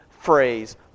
phrase